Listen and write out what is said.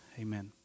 amen